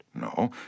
No